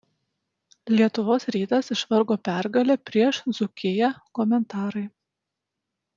lietuvos rytas išvargo pergalę prieš dzūkiją komentarai